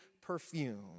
perfume